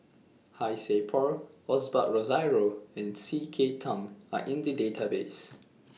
Han Sai Por Osbert Rozario and C K Tang Are in The Database